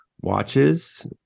Watches